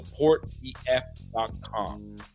SupportBF.com